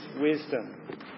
wisdom